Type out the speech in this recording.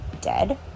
dead